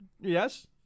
yes